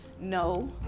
No